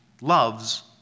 loves